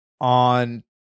on